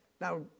Now